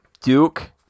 Duke